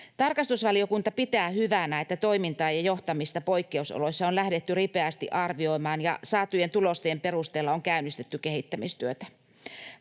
Tarkastusvaliokunta pitää hyvänä, että toimintaa ja johtamista poikkeusoloissa on lähdetty ripeästi arvioimaan ja saatujen tulosten perusteella on käynnistetty kehittämistyötä.